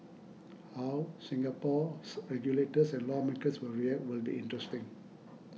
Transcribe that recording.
how Singapore's regulators and lawmakers will react will be interesting